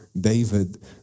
David